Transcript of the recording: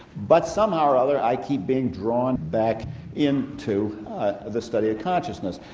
but somehow or other i keep being drawn back in to the study of consciousness.